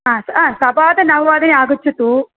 ह आं सपादनववादने आगच्छतु